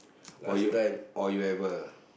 oh you oh you have a